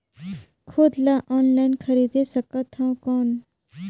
खाद ला ऑनलाइन खरीदे सकथव कौन?